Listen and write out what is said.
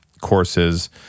courses